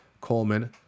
coleman